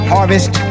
Harvest